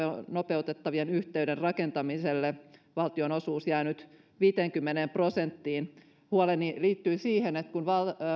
nopeuttavan yhteyden rakentamiselle valtion osuus jää viiteenkymmeneen prosenttiin huoleni liittyy siihen että kun